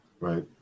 Right